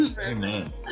Amen